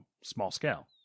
small-scale